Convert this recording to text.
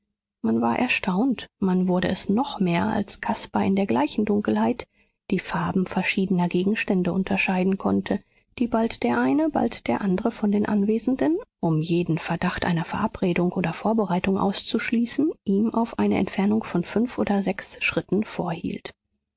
man war erstaunt man wurde es noch mehr als caspar in der gleichen dunkelheit die farben verschiedener gegenstände unterscheiden konnte die bald der eine bald der andre von den anwesenden um jeden verdacht einer verabredung oder vorbereitung auszuschließen ihm auf eine entfernung von fünf oder sechs schritten vorhielt